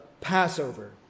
Passover